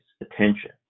attention